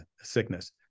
sickness